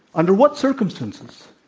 under what circumstances?